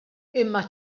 imma